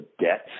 debt